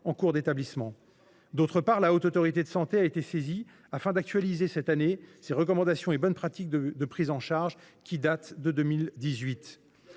en cours d’établissement. Par ailleurs, la Haute Autorité de santé (HAS) a été saisie afin qu’elle actualise, cette année, ses recommandations et ses bonnes pratiques de prise en charge, qui datent de 2018.